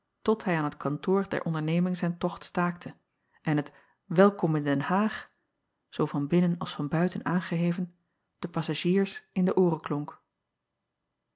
tot hij aan het kantoor der onderneming zijn tocht staakte en het welkom in den aag zoo van binnen als van buiten aangeheven den passagiers in de ooren klonk